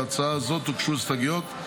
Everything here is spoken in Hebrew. להצעה זו הוגשו הסתייגויות.